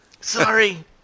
Sorry